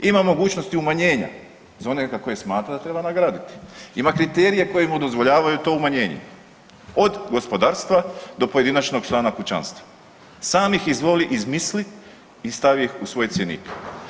Ima mogućnosti umanjenja za one za koje smatra da treba nagraditi, ima kriterije koji mu dozvoljavaju to umanjenje od gospodarstva do pojedinačnog člana kućanstva, sam ih izvoli izmisli i stavi ih u svoj cjenik.